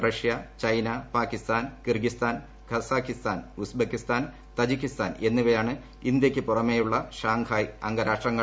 റ്റ്ഷ്യ China Pakistan Kyrgyzstan Kazakhstan Uzbekistan Tajikistan എന്നിവയാണ് ഇന്ത്യയ്ക്ക് പുറമേയുളള ഷാങ്ഹായ് അംഗരാഷ്ട്രങ്ങൾ